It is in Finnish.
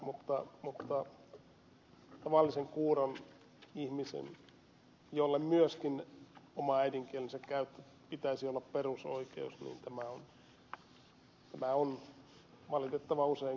mutta tavalliselle kuurolle ihmiselle jolle myöskin oman äidinkielen käytön pitäisi olla perusoikeus tämä on valitettavan usein kohtuuton vaatimus